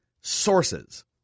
Sources